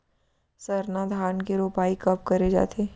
सरना धान के रोपाई कब करे जाथे?